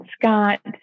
Scott